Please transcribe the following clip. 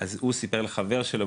אז הוא סיפר לחבר שלו,